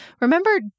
Remember